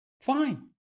Fine